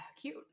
Cute